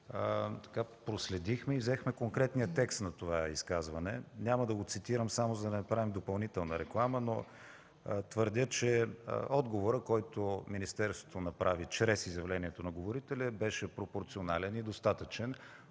проследихме и взехме конкретния текст на това изказване. Няма да го цитирам само, за да не правим допълнителна реклама, но твърдя, че отговорът, който министерството направи чрез изявлението на говорителя, беше пропорционален и достатъчен,